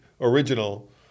original